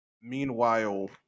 Meanwhile